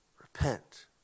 repent